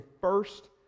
first